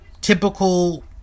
typical